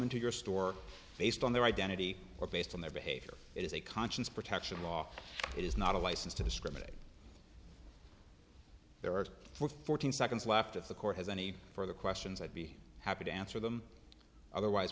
into your store based on their identity or based on their behavior it is a conscience protection law it is not a license to discriminate there are four fourteen seconds left if the court has any further questions i'd be happy to answer them otherwise